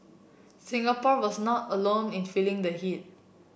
Singapore was not alone in feeling the heat